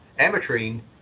ametrine